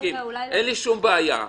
אין לי שום בעיה.